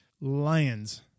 Lions